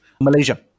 Malaysia